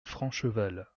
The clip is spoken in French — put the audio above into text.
francheval